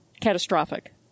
catastrophic